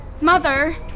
Mother